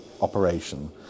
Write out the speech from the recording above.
operation